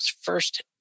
first